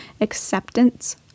acceptance